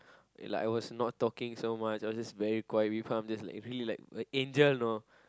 and like I was not talking so much I was just very quiet with her I'm just like really an angel you know